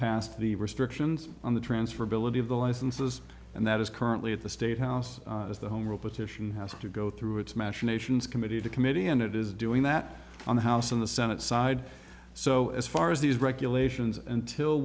passed the restrictions on the transferability of the licenses and that is currently at the state house as the home rule petition has to go through its machinations committee to committee and it is doing that on the house and the senate side so as far as these regulations until